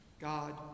God